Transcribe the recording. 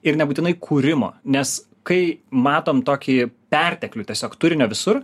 ir nebūtinai kūrimo nes kai matom tokį perteklių tiesiog turinio visur